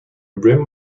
rim